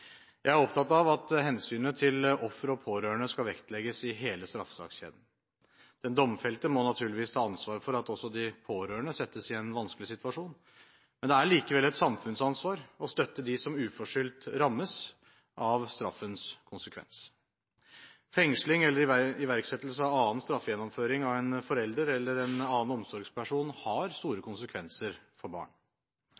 Jeg er opptatt av at hensynet til ofre og pårørende skal vektlegges i hele straffesakskjeden. Den domfelte må naturligvis da ta ansvar for at også de pårørende settes i en vanskelig situasjon. Men det er likevel et samfunnsansvar å støtte dem som uforskyldt rammes av straffens konsekvens. Fengsling eller iverksettelse av annen straffegjennomføring av en forelder eller en annen omsorgsperson har store